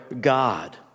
God